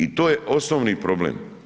I to je osnovni problem.